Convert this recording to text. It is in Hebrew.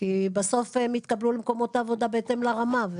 כי בסוף הם יתקבלו למקומות עבודה בהתאם לרמה.